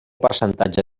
percentatge